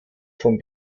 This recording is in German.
von